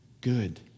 good